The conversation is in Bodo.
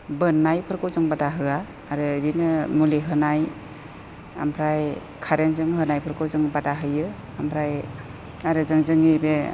बोननायफोरखौ जों बादा होआ आरो ओरैनो मुलि होनाय आमफ्राय कारेनजों होनायफोरखौ जों बादा होयो ओमफ्राय आरो जों जोंनि बे